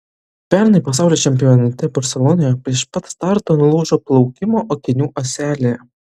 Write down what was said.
pernai pasaulio čempionate barselonoje prieš pat startą nulūžo plaukimo akinių ąselė